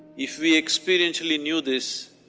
if we experientially knew this,